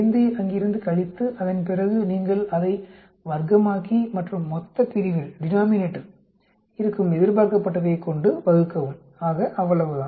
5ஐ அங்கிருந்து கழித்து அதன்பிறகு நீங்கள் அதை வர்க்கமாக்கிமற்றும் மொத்தப்பிரிவில் இருக்கும் எதிர்பார்க்கப்பட்டவையைக் கொண்டு வகுக்கவும் ஆக அவ்வளவுதான்